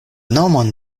nomon